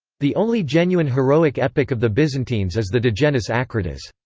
the only genuine heroic epic of the byzantines is the digenis acritas.